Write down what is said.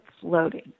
floating